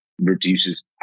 reduces